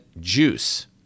juice